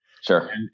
Sure